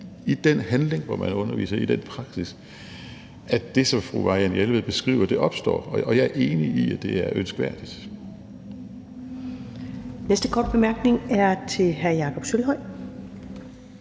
i den handling, som man underviser i, i den praksis, at det, som fru Marianne Jelved beskriver, opstår. Og jeg er enig i, at det er ønskværdigt. Kl. 16:48 Første næstformand (Karen